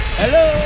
hello